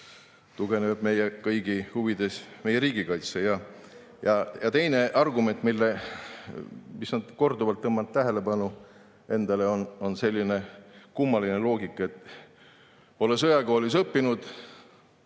tugevneb meie kõigi huvides meie riigikaitse. Teine argument, mis on korduvalt endale tähelepanu tõmmanud, on selline kummaline loogika, et kui pole sõjakoolis õppinud,